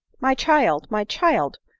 my child, my child!